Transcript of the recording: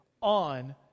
on